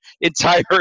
entire